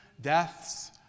deaths